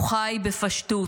הוא חי בפשטות,